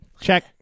Check